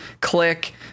click